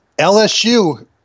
LSU